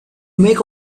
make